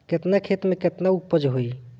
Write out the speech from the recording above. केतना खेत में में केतना उपज होई?